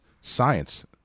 science